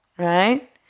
right